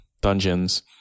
dungeons